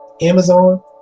Amazon